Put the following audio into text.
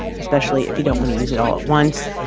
especially if you don't want to use it all at once.